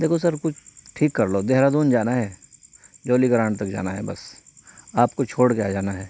دیکھو سر کچھ ٹھیک کر لو دہرادون جانا ہے جولی گرانڈ تک جانا ہے بس آپ کو چھوڑ کے آ جانا ہے